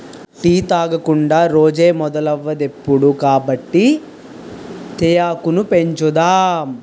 tea తాగకుండా రోజే మొదలవదిప్పుడు కాబట్టి తేయాకును పెంచుదాం